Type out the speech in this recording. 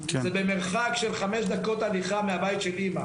שהיה במרחק של חמש דקות הליכה מהבית של אמא.